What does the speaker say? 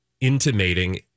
intimating